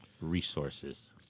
resources